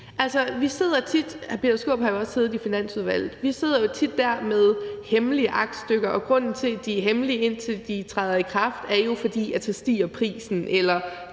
Peter Skaarup har jo også siddet i Finansudvalget, og der sidder vi tit med hemmelige aktstykker, og grunden til, at de er hemmelige, indtil de træder i kraft, er jo, at prisen ellers